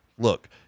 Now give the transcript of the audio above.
Look